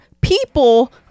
people